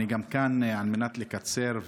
אני גם כאן על מנת לקצר,